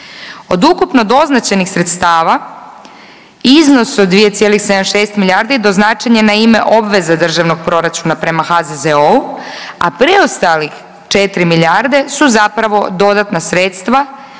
Od ukupno doznačenih sredstava iznos od 2,76 milijardi doznačen je na ime obveza državnog proračuna prema HZZO-u, a preostalih 5 milijarde su zapravo dodatna sredstva